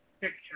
Picture